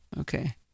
Okay